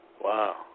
Wow